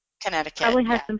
Connecticut